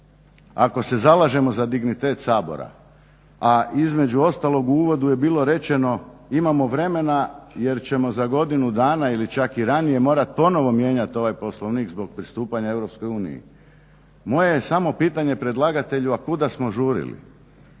ako se zalažemo za dignitet Sabora, a između ostalog u uvodu je bilo rečeno imamo vremena jer ćemo za godinu dana ili čak i ranije morati ponovo mijenjati ovaj Poslovnik zbog pristupanja Europskoj uniji moje je samo pitanje predlagatelju a kuda smo žurili?